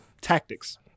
Tactics